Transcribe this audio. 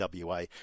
WA